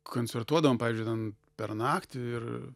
koncertuodavom pavyzdžiui ten per naktį ir